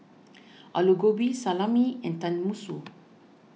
Alu Gobi Salami and Tenmusu